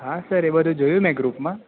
હા સર એ બધું જોયું મેં ગ્રુપમાં